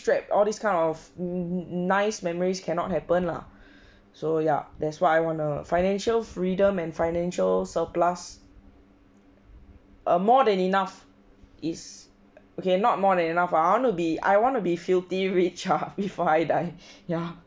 strapped all these kind of nice memories cannot happen lah so ya that's why I want a financial freedom and financial surplus err more than enough is okay not more than enough lah I wanna be I wanna be filthy rich ah before I die ya